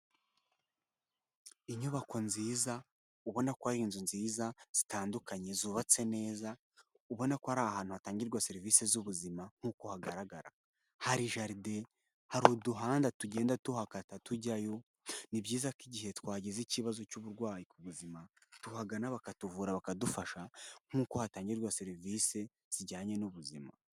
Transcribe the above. Inyubako nziza ubona ko ari inzu nziza zitandukanye zubatse neza, ubona ko ari ahantu hatangirwa serivisi z'ubuzima nk'uko hagaragara. Hari jaride, hari uduhanda tugenda tuhakata tujyayo, ni byiza ko igihe twagize ikibazo cy'uburwayi ku buzima, tuhagana bakatuvura bakadufasha nkuko hatangirwa serivisi zijyanye n'ubuzima.